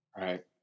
Right